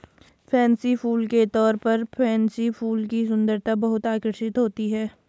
fancy फूल के तौर पर पेनसी फूल की सुंदरता बहुत आकर्षक होती है